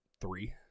three